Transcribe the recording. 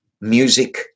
music